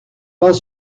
pas